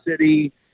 city